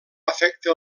afecta